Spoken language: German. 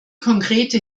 konkrete